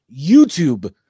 YouTube